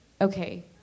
okay